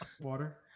water